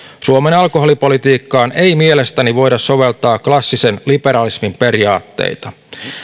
suomen alkoholipolitiikkaan ei mielestäni voida soveltaa klassisen liberalismin periaatteita